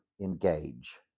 engage